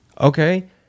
Okay